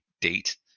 date